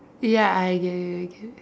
ya I get you I get you